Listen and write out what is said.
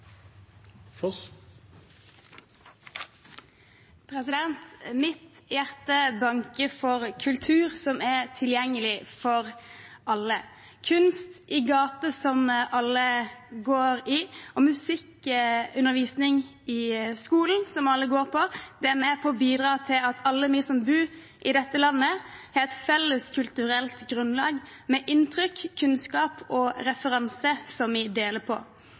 tilgjengelig for alle. Kunst i gater som alle går i, og musikkundervisning i skolen som alle går på, er med på å bidra til at alle vi som bor i dette landet har et felles kulturelt grunnlag med inntrykk, kunnskap og referanser som vi deler.